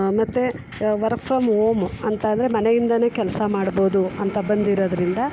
ಮತ್ತು work from home ಅಂತ ಅಂದರೆ ಮನೆಯಿಂದಲೇ ಕೆಲಸ ಮಾಡ್ಬೋದು ಅಂತ ಬಂದಿರೋದರಿಂದ